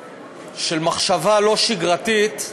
של מחשבה לא שגרתית,